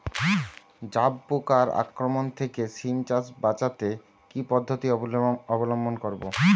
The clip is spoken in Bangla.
জাব পোকার আক্রমণ থেকে সিম চাষ বাচাতে কি পদ্ধতি অবলম্বন করব?